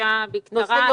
הנושא של